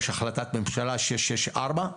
יש החלטת ממשלה 664,